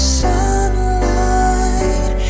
sunlight